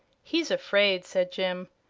he's afraid, said jim.